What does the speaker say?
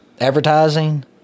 advertising